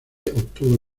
obtuvo